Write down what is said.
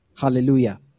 Hallelujah